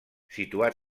situat